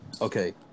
okay